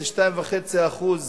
2.5% העלאה,